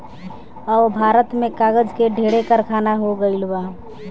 अब भारत में कागज के ढेरे कारखाना हो गइल बा